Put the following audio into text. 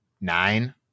nine